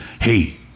hey